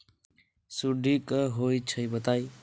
सुडी क होई छई बताई?